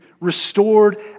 restored